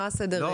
מה הסדר?